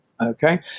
Okay